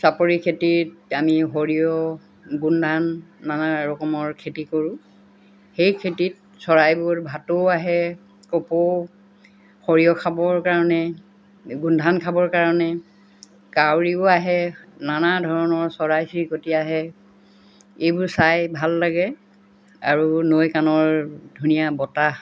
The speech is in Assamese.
চাপৰি খেতিত আমি সৰিয়হ গোমধান নানা ৰকমৰ খেতি কৰোঁ সেই খেতিত চৰাইবোৰ ভাতো আহে কপৌ সৰিয়হ খাবৰ কাৰণে গোমধান খাবৰ কাৰণে কাউৰিও আহে নানা ধৰণৰ চৰাই চিৰিকটি আহে এইবোৰ চাই ভাল লাগে আৰু নৈ কাণৰ ধুনীয়া বতাহ